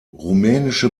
rumänische